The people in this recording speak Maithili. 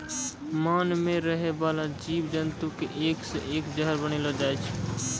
मान मे रहै बाला जिव जन्तु के एक से एक जहर बनलो छै